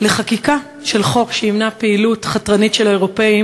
לחקיקה של חוק שימנע פעילות חתרנית של האירופים